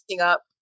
up